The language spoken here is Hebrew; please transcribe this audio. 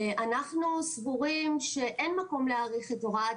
אנחנו סבורים שאין מקום להאריך את הוראת